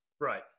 Right